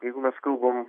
jeigu mes kalbam